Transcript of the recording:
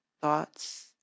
thoughts